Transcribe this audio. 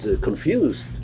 confused